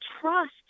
trust